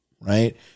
right